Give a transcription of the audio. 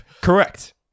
correct